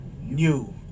New